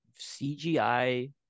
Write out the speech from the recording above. CGI